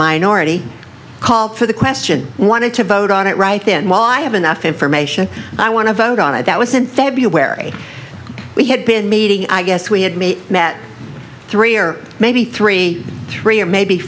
minority call for the question wanted to vote on it right then while i have enough information i want to vote on it that was in february we had been meeting i guess we had me met three or maybe three three or maybe